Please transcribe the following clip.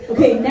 Okay